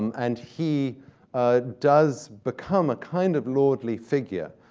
and he does become a kind of lordly figure.